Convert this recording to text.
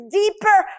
deeper